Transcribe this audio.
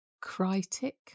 Critic